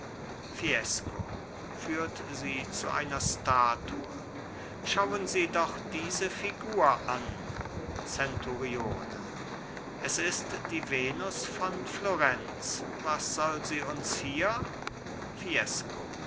fiesco fuhrt sie zu einer statue schauen sie doch diese figur an zenturione es ist die venus von florenz was soll sie uns hier fiesco